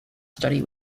study